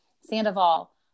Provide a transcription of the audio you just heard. Sandoval